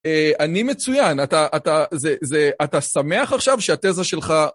אני מצוין, אתה שמח עכשיו שהתזה שלך...